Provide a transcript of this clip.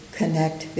connect